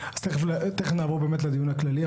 אז תכף נעבור באמת לדיון הכללי,